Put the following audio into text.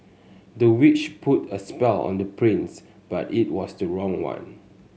the witch put a spell on the prince but it was the wrong one